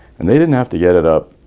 and they didn't have to get it up,